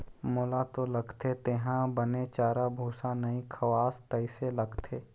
मोला तो लगथे तेंहा बने चारा भूसा नइ खवास तइसे लगथे